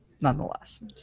nonetheless